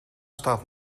staat